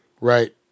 Right